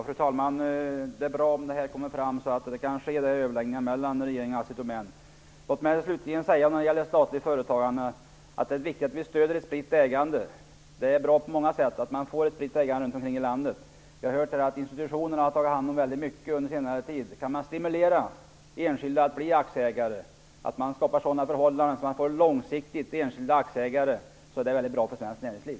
Fru talman! Det är bra om detta kommer fram, så att det kan ske överläggningar mellan regeringen och Låt mig slutligen när det gäller statligt företagande säga att det är viktigt att vi stöder ett spritt ägande. Det är bra på många sätt att ägandet sprids runt omkring i landet. Vi har hört att institutionerna har tagit hand om väldigt mycket under senare. Kan man stimulera enskilda att bli aktieägare genom att skapa sådana förhållanden att man långsiktigt får många enskilda aktieägare är det väldigt bra för svenskt näringsliv.